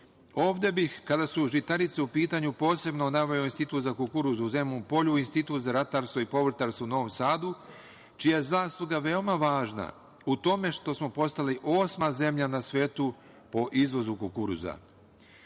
sorti. Kada su žitarice u pitanju, ovde bih posebno naveo Institut za kukuruz u Zemun Polju i Institut za ratarstvo i povrtarstvo u Novom Sadu, čija je zasluga veoma važna u tome što smo postali osma zemlja na svetu po izvozu kukuruza. Naveo